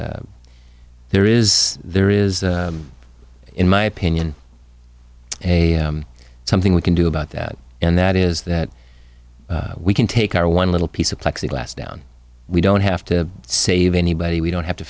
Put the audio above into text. there is there is in my opinion a something we can do about that and that is that we can take our one little piece of plexiglas down we don't have to save anybody we don't have to